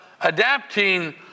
adapting